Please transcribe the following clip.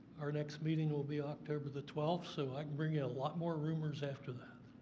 our next meeting will be october the twelfth, so i can bring you a lot more rumors after that.